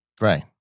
Right